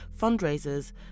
fundraisers